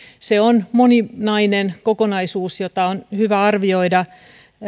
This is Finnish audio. se on moninainen kokonaisuus jota on hyvä arvioida